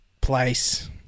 place